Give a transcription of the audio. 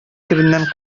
төбеннән